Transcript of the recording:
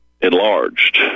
enlarged